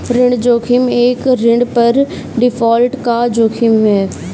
ऋण जोखिम एक ऋण पर डिफ़ॉल्ट का जोखिम है